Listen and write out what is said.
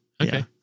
Okay